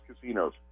casinos